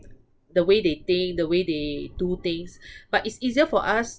the way they think the way they do things but it's easier for us